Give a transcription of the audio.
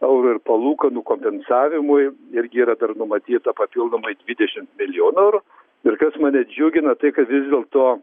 eurų ir palūkanų kompensavimui irgi yra dar numatyta papildomai dvidešimt milijonų eurų ir kas mane džiugina tai kad vis dėlto